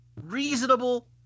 reasonable